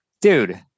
dude